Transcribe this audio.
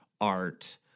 art